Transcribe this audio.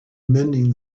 mending